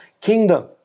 kingdom